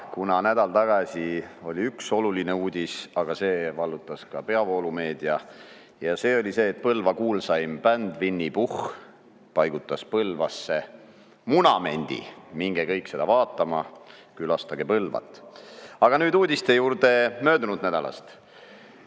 nädalal oli vaid] üks oluline uudis, mis vallutas ka peavoolumeedia. Ja see oli see, et Põlva kuulsaim bänd Winny Puhh paigutas Põlvasse munamendi. Minge kõik seda vaatama, külastage Põlvat! Aga nüüd uudiste juurde möödunud nädalast,